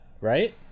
right